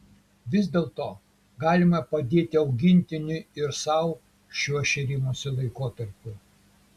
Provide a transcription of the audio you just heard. vis dėlto galima padėti augintiniui ir sau šiuo šėrimosi laikotarpiu